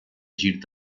gir